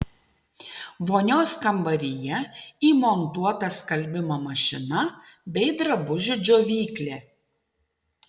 vonios kambaryje įmontuota skalbimo mašina bei drabužių džiovyklė